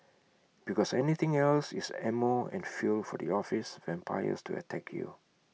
because anything else is ammo and fuel for the office vampires to attack you